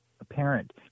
apparent